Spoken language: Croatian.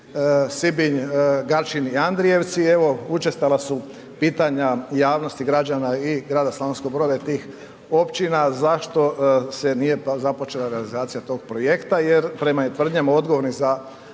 razumije./...i Andrijevci, evo, učestala su pitanja javnosti građana i grada Slavonskog Broda i tih općina, zašto se nije započela realizacija tog projekta jer prema tvrdnjama odgovornih za